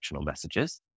messages